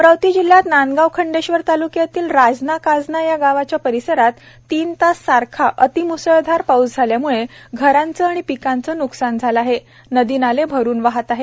अमरावती जिल्ह्यात नांदगाव खंडेश्वर ताल्क्यातील राजना काजना या गावच्या परिसरात तीन तास सारखा अति म्सळधार पाऊस झाल्यामुळे घरांचे आणि पिकांचे न्कसान झाले आहे नदी नाले भरून वाहत आहे